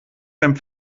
deinem